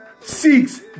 six